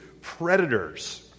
predators